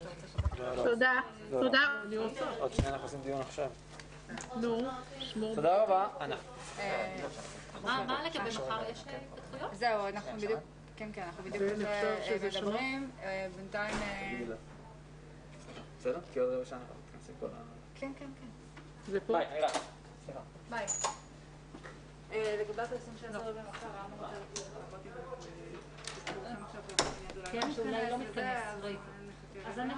14:40.